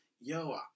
yo